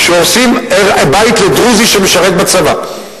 כשהורסים בית לדרוזי שמשרת בצבא,